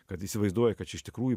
kad įsivaizduoja kad čia iš tikrųjų